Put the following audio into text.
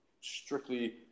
strictly